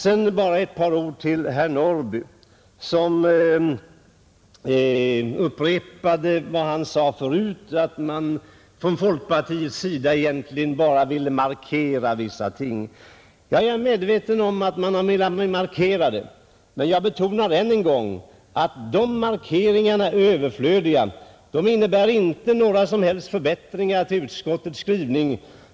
Så bara ett par ord till herr Norrby, som upprepade vad han sade förut, nämligen att man från folkpartiets sida egentligen bara ville markera vissa ting. Jag är medveten om att man har velat göra markeringar, men jag betonar än en gång att dessa är överflödiga. De innebär inte några som helst förbättringar av utskottets skrivning.